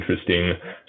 interesting